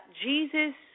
Jesus